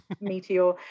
meteor